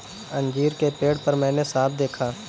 अंजीर के पेड़ पर मैंने साँप देखा